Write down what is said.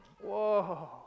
Whoa